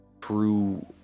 true